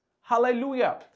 Hallelujah